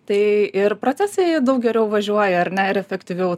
tai ir procesai daug geriau važiuoja ar ne ir efektyviau